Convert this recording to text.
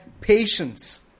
patience